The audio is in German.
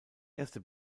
erste